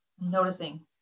noticing